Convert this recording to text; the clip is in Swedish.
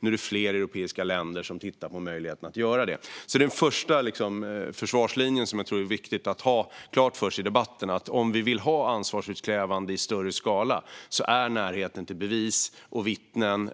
Nu är det fler europeiska länder som tittar på möjligheten att göra det här. Detta är den första försvarslinjen, som jag tror att det är viktigt att ha klar för sig i debatten. Om vi vill ha ansvarsutkrävande i större skala är närheten till bevis, vittnen